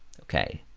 okay,